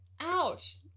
ouch